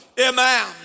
amen